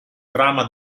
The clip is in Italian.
trama